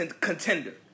contender